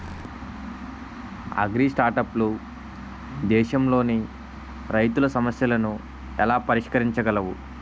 అగ్రిస్టార్టప్లు దేశంలోని రైతుల సమస్యలను ఎలా పరిష్కరించగలవు?